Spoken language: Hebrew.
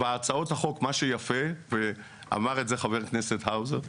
מה המעמד של הקרובים של הנפטר?